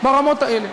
ברמות האלה.